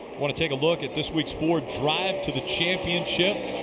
want to take a look at this week's ford drive to the championship.